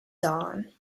dawn